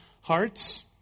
hearts